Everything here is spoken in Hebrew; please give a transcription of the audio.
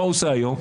מה הוא עושה היום?